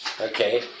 Okay